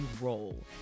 Roll